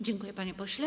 Dziękuję, panie pośle.